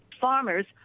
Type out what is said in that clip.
farmers